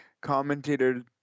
commentator